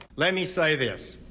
let me say this.